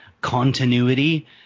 continuity